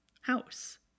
house